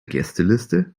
gästeliste